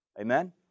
Amen